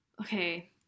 okay